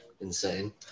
insane